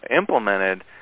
implemented